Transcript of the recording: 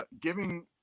giving